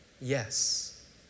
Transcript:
yes